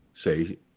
Say